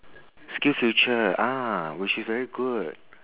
skills future ah which is very good